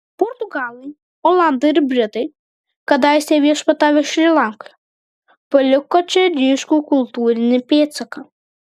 portugalai olandai ir britai kadaise viešpatavę šri lankoje paliko čia ryškų kultūrinį pėdsaką